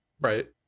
right